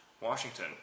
Washington